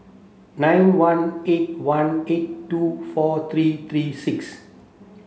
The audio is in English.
nine one eight one eight two four three three six